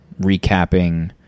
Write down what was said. recapping